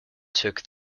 took